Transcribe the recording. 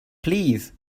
please